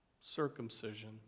circumcision